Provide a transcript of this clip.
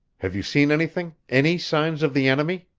have you seen anything any signs of the enemy?